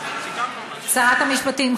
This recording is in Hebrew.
שרת המשפטים,